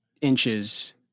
inches